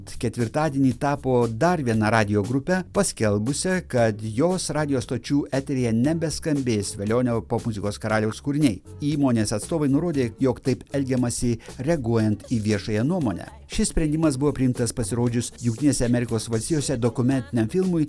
ketvirtadienį tapo dar viena radijo grupe paskelbusia kad jos radijo stočių eteryje nebeskambės velionio popmuzikos karaliaus kūriniai įmonės atstovai nurodė jog taip elgiamasi reaguojant į viešąją nuomonę šis sprendimas buvo priimtas pasirodžius jungtinėse amerikos valstijose dokumentiniam filmui